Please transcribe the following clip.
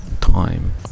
time